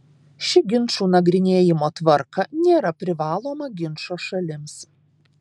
ši ginčų nagrinėjimo tvarka nėra privaloma ginčo šalims